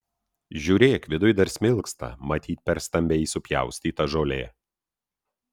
žiūrėk viduj dar smilksta matyt per stambiai supjaustyta žolė